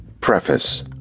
Preface